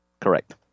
Correct